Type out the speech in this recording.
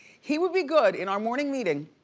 he would be good in our morning meeting.